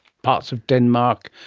parts of denmark,